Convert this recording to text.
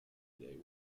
today